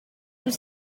was